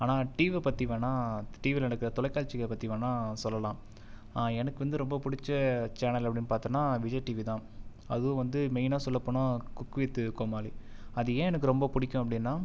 ஆனால் டிவி பத்தி வேணுணா டிவியில் நடக்கிற தொலைக்காட்சியை பற்றி வேணுணா சொல்லலாம் எனக்கு வந்து ரொம்ப பிடிச்ச சேனல் அப்படின்னு பார்த்தேன்னா அது விஜய் டிவி தான் அதுவும் வந்து மெயினாக சொல்லப் போனால் குக் வித் கோமாளி அது ஏன் எனக்கு ரொம்ப பிடிக்கும் அப்படின்னா